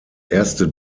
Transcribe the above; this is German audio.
erste